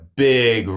big